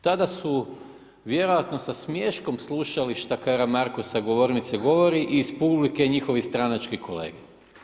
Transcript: Tada su vjerojatno sa smiješkom slušali šta Karamarko sa govornice govori i iz publike njihovi stranački kolege.